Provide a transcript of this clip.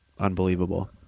unbelievable